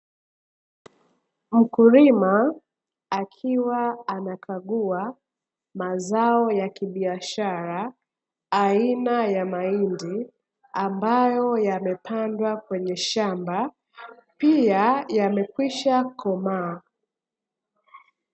Mkulima akiwa anakagua mazao ya kibiashara aina ya mahindi, ambayo yamepandwa kwenye shamba. Pia yamekwisha komaa.